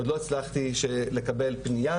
עוד לא הצלחתי לקבל פנייה,